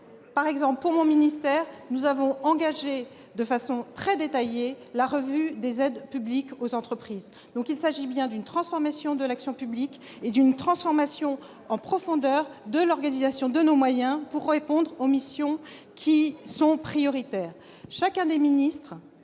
rien dire ! Mon ministère, par exemple, a engagé de façon très détaillée la revue des aides publiques aux entreprises. Il s'agit bien d'une transformation de l'action publique et d'une transformation en profondeur de l'organisation de nos moyens, pour répondre aux missions prioritaires. Ce n'est